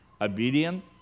obedient